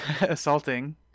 assaulting